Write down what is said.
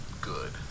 good